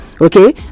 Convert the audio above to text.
okay